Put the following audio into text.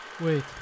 Wait